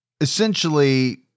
Essentially